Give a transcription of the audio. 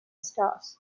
stars